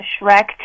Shrek